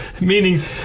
Meaning